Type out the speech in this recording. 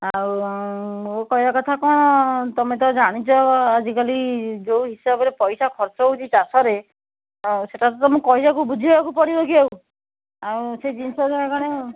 ଆଉ ମୋ କହିବା କଥା କ'ଣ ତମେ ତ ଜାଣିଛ ଆଜିକାଲି ଯେଉଁ ହିସାବରେ ପଇସା ଖର୍ଚ୍ଚ ହେଉଛି ଚାଷରେ ଆଉ ସେଇଟା ତ ତୁମକୁ କହିବାକୁ ବୁଝାଇବାକୁ ପଡ଼ିବ କି ଆଉ ଆଉ ସେ ଜିନିଷ ଗୁରା କ'ଣ